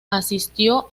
asistió